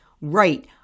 Right